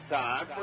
time